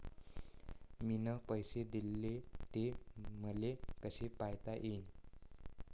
मिन पैसे देले, ते मले कसे पायता येईन?